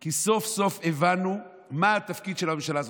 כי סוף-סוף הבנו מה התפקיד של הממשלה הזאת.